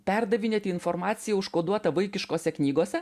perdavinėti informaciją užkoduotą vaikiškose knygose